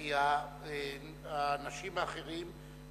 כי האנשים האחרים,